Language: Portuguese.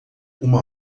uma